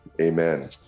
amen